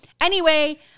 anyway-